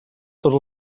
tots